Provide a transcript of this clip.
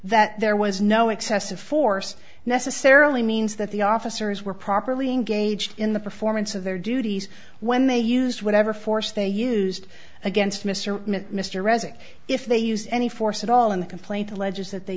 that there was no excessive force necessarily means that the officers were properly engaged in the performance of their duties when they used whatever force they used against mr mr resig if they use any force at all in the complaint alleges that they